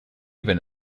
even